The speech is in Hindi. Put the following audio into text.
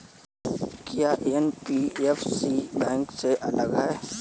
क्या एन.बी.एफ.सी बैंक से अलग है?